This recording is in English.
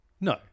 no